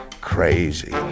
Crazy